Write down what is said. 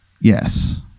Yes